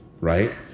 right